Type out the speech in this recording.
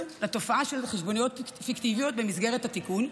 בתופעה של חשבוניות פיקטיביות במסגרת התיקון,